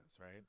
right